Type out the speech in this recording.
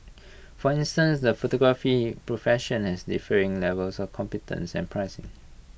for instance the photography profession has differing levels of competence and pricing